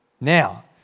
Now